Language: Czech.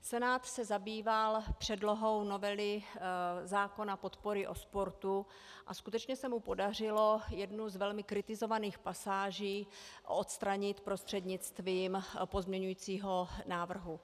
Senát se zabýval předlohou novely zákona podpory o sportu a skutečně se mu podařilo jednu z velmi kritizovaných pasáží odstranit prostřednictvím pozměňovacího návrhu.